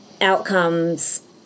outcomes